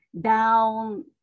down